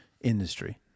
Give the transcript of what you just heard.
industry